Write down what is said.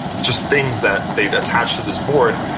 just things that they'd attach to this board,